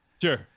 sure